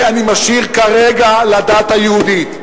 את זה אני משאיר כרגע לדת היהודית.